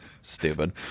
Stupid